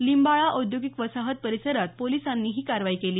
लिंबाळा औद्योगिक वसाहत परिसरात पोलिसांनी ही कारवाई केली